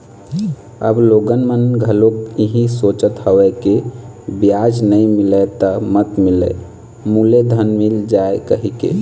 अब लोगन मन घलोक इहीं सोचत हवय के बियाज नइ मिलय त मत मिलय मूलेधन मिल जाय कहिके